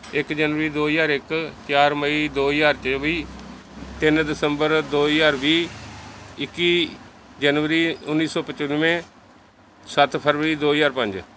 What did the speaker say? ਇਕ ਜਨਵਰੀ ਦੋ ਹਜ਼ਾਰ ਇੱਕ ਚਾਰ ਮਈ ਦੋ ਹਜ਼ਾਰ ਚੌਵੀ ਤਿੰਨ ਦਸੰਬਰ ਦੋ ਹਜ਼ਾਰ ਵੀਹ ਇੱਕੀ ਜਨਵਰੀ ਉੱਨੀ ਸੌ ਪਚਾਨਵੇਂ ਸੱਤ ਫਰਵਰੀ ਦੋ ਹਜ਼ਾਰ ਪੰਜ